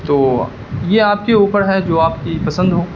تو یہ آپ کے اوپر ہے جو آپ کی پسند ہو